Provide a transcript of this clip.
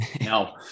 no